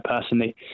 personally